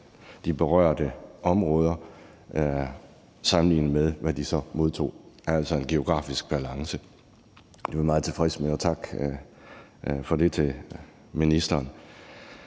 de berørte områder sammenlignet med, hvad de så modtog, altså en geografisk balance. Det er vi meget tilfredse med, og tak for det til ministeren.